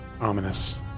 Ominous